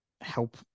help